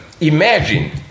imagine